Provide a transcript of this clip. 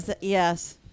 Yes